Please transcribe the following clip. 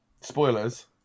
Spoilers